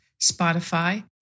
Spotify